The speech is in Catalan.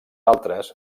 altres